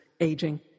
aging